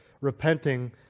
repenting